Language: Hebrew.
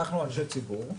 אנחנו אנשי ציבור,